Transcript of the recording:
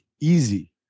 easy